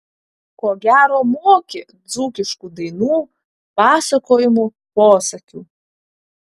ko gero moki dzūkiškų dainų pasakojimų posakių